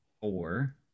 four